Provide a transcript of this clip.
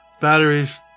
Batteries